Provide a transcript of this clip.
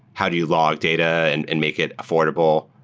how do you log data and and make it affordable?